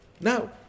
now